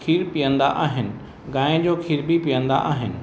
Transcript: खीरु पीअंदा आहिनि गांइ जो खीर बि पीअंदा आहिनि